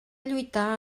lluitar